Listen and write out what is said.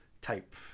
type